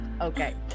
okay